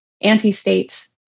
anti-state